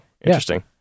Interesting